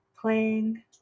playing